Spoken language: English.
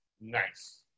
Nice